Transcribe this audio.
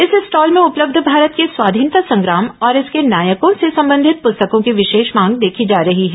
इस स्टॉल में उपलब्ध भारत के स्वाधीनता संग्राम और इसके नायकों से संबंधित प्रस्तकों की विशेष मांग देखी जा रही है